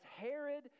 Herod